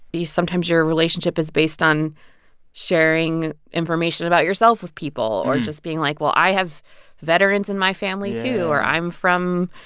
sometimes your relationship is based on sharing information about yourself with people, or just being, like, well, i have veterans in my family, too or i'm from,